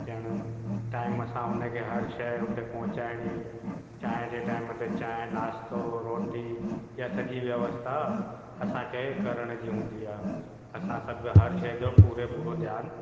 थियणु टाइम सां हुनखे हर शइ हुते पहुचाइणी चांहि जे टाइम ते चांहि नाश्तो रोटी इहा सॼी व्यवस्था असांखे करण जी हूंदी आहे असां सभु हर शइ जो पूरे पूरो ध्यानु